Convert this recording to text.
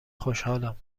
خوشحالم